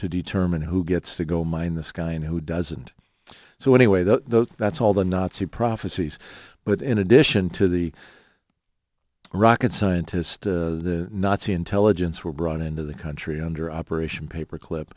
to determine who gets to go mine this guy and who doesn't so anyway the that's all the nazi prophecies but in addition to the rocket scientist the nazi intelligence were brought into the country under operation paperclip